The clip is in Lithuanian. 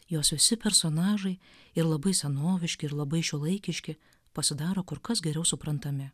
jos visi personažai ir labai senoviški ir labai šiuolaikiški pasidaro kur kas geriau suprantami